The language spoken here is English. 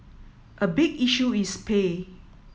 a big issue is pay